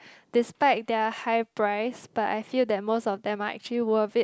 despite their high price but I feel that most of them are actually worth it